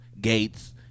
Gates